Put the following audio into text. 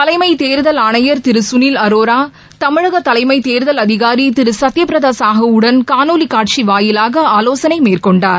தலைமைத் தேர்தல் ஆணையர் திரு கனில் அரோரா தமிழக தலைமைத் தேர்தல் அதிகாரி திரு சத்யபிரதா சாஹூவுடன் காணொலிக் காட்சி வாயிலாக ஆலோசனை மேற்கொண்டார்